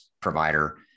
provider